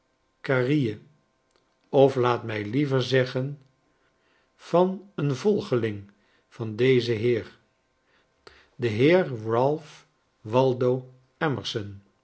of laat mij liever zeggen van een volgeling van dezen heer den heer ralph waldo